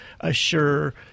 assure